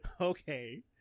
Okay